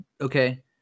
okay